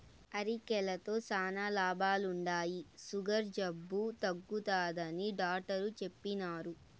అరికెలతో శానా లాభాలుండాయి, సుగర్ జబ్బు తగ్గుతాదని డాట్టరు చెప్పిన్నారు